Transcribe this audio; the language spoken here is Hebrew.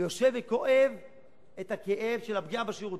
ויושב וכואב את הכאב של הפגיעה בשירותים.